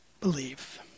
Believe